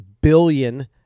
billion